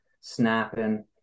snapping